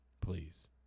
please